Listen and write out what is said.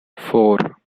four